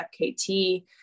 FKT